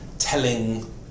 telling